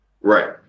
Right